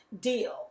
deal